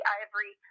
ivory